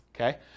okay